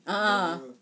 ah